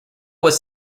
was